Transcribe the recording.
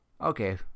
okay